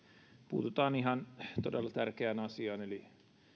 puututaan ihan todella tärkeään asiaan eli